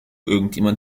irgendwer